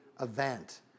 event